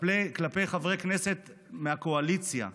כלפי חברי כנסת מהקואליציה,